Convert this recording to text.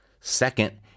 Second